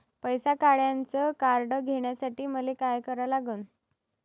पैसा काढ्याचं कार्ड घेण्यासाठी मले काय करा लागन?